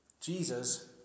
Jesus